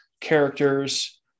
characters